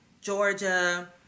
Georgia